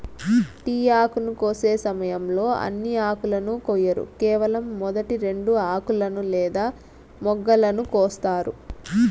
tea ఆకును కోసే సమయంలో అన్ని ఆకులను కొయ్యరు కేవలం మొదటి రెండు ఆకులను లేదా మొగ్గలను కోస్తారు